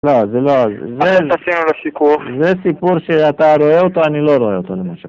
לא, זה לא, זה סיפור שאתה רואה אותו, אני לא רואה אותו למשל